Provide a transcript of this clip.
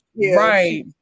right